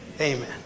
Amen